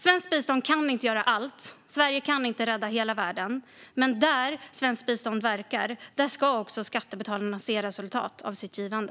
Svenskt bistånd kan inte göra allt, och Sverige kan inte rädda hela världen. Men där svenskt bistånd verkar ska också skattebetalarna se resultat av sitt givande.